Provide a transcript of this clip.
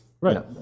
Right